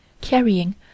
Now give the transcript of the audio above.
carrying